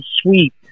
sweet